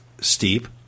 steep